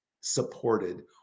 supported